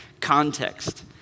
context